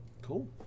Cool